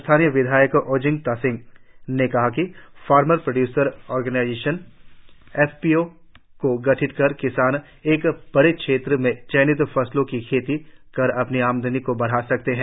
स्थानीय विधायक ओजिंग तासिंग ने कहा कि farmer producer organisation F P O को गठित कर किसान एक बड़े क्षेत्र में चयनित फसलों की खेती कर अपनी आमदनी को बढ़ा सकते है